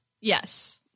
Yes